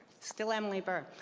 still emily burke.